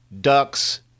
ducks